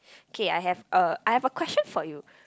okay I have a I have a question for you